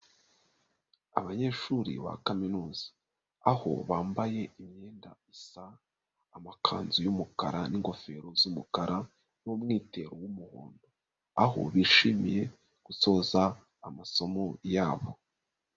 Abanyeshuri ba kaminuza aho bambaye imyenda isa, amakanzu y'umukara n'ingofero z'umukara n'umwitero w'umuhondo, aho bishimiye gusoza amasomo yabo.